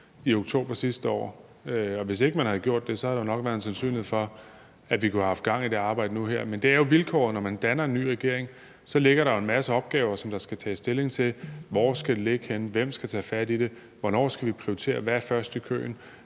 i oktober sidste år. Hvis ikke man havde gjort det, havde der nok været en sandsynlighed for, at vi kunne have haft gang i det arbejde nu her. Men det er jo vilkårene. Når man danner en ny regering, ligger der jo en masse opgaver, som der skal tages stilling til: Hvor skal de ligge henne, hvem skal tage fat i dem, hvornår skal de prioriteres, og hvad er først i køen?